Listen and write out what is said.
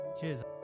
Cheers